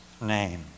name